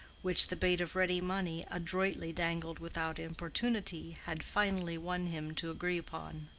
which the bait of ready money, adroitly dangled without importunity, had finally won him to agree upon.